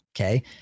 okay